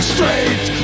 Straight